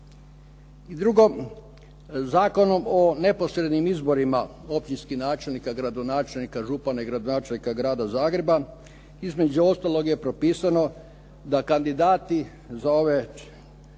I drugo, Zakonom o neposrednim izborima općinskih načelnika, gradonačelnika, župana i gradonačelnika Grada Zagreba između ostalog je propisano da kandidati za ove čelne